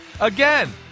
Again